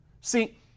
See